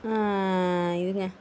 இதுங்க